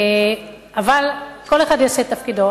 אבל כל אחד יעשה את תפקידו.